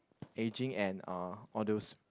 aging and uh all those